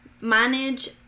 manage